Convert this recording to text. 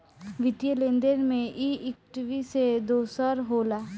वित्तीय लेन देन मे ई इक्वीटी से दोसर होला